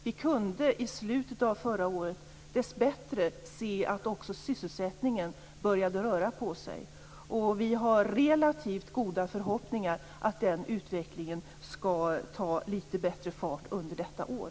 Vi kunde i slutet av förra året dessbättre se att också sysselsättningen började röra på sig, och vi har relativt goda förhoppningar att den utvecklingen skall ta litet bättre fart under detta år.